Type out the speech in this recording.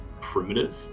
primitive